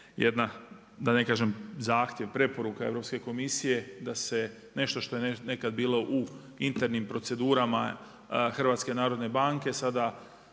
jedna da ne kažem zahtjev, preporuka Europske komisije da se nešto što je nekad bilo u internim procedurama HNB-a sada